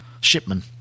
Shipman